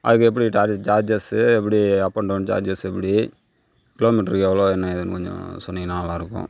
அதுக்கு எப்படி charges charges எப்படி அப் அண்ட் டௌன் சார்ஜஸ் எப்பிடி கிலோமீட்டருக்கு எவ்வளோ என்ன ஏதுன்னு கொஞ்சம் சொன்னிங்கனா நல்லாயிருக்கும்